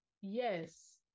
yes